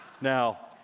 Now